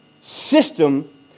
system